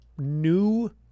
new